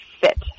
fit